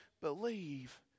believe